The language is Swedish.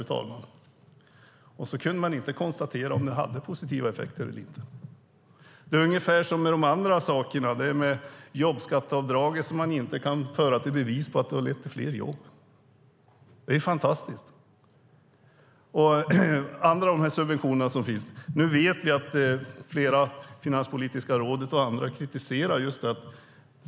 Man kunde inte konstatera om det hade positiva effekter eller inte. Det är ungefär som med de andra sakerna. Man kan inte föra till bevis att jobbskatteavdraget har lett till fler jobb. Det är fantastiskt. Det gäller också de andra subventioner som finns. Nu vet vi att Finanspolitiska rådet och andra kritiserar detta.